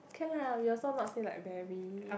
can lah we also not say like very